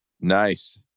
Nice